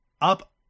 up